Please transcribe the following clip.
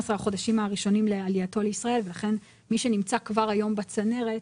החודשים הראשונים לעלייתו לישראל ולכן מי שנמצא כבר היום בצנרת,